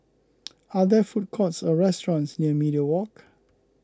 are there food courts or restaurants near Media Walk